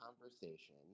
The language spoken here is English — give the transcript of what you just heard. conversation